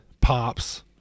pops